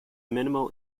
minimal